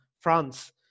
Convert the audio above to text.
France